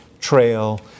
trail